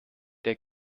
der